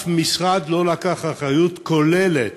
שום משרד לא לקח אחריות כוללת,